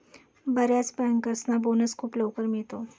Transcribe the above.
बर्याच बँकर्सना बोनस खूप लवकर मिळतो